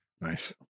nice